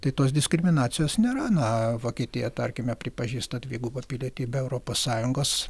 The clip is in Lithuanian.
tai tos diskriminacijos nėra na vokietija tarkime pripažįsta dvigubą pilietybę europos sąjungos